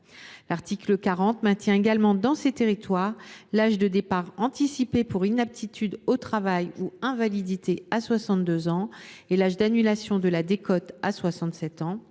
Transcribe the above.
L’article 40 vise également à maintenir, dans ces territoires, l’âge de départ anticipé pour inaptitude au travail ou pour invalidité à 62 ans et l’âge d’annulation de la décote à 67 ans.